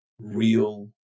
real